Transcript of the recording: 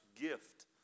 gift